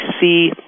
see